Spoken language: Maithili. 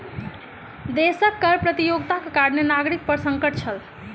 देशक कर प्रतियोगिताक कारणें नागरिक पर संकट छल